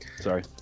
Sorry